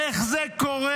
איך זה קורה